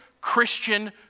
Christian